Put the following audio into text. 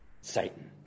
Satan